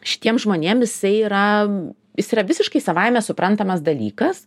šitiem žmonėm jisai yra jis yra visiškai savaime suprantamas dalykas